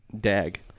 dag